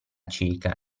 cieca